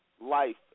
life